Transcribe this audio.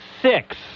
six